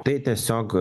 tai tiesiog